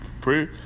Pray